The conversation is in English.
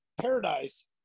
paradise